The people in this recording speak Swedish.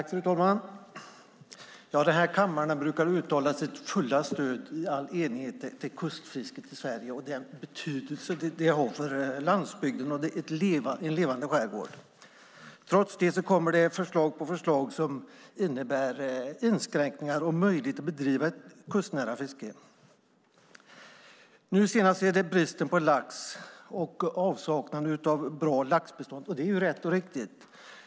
Fru talman! Den här kammaren brukar uttala sitt fulla stöd och i all enighet för kustfisket i Sverige och den betydelse det har för landsbygden och en levande skärgård. Trots det kommer det förslag på förslag som innebär inskränkningar i möjligheten att bedriva ett kustnära fiske. Nu senast är det bristen på lax och avsaknaden av bra laxbestånd, och det är ju rätt och riktigt.